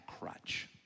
crutch